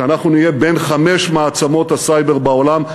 שאנחנו נהיה בין חמש מעצמות הסייבר בעולם.